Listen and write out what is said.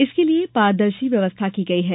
इसके लिये पारदर्शी व्यवस्था की गई है